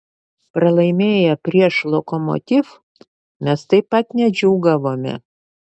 pralaimėję prieš lokomotiv mes taip pat nedžiūgavome